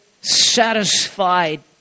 satisfied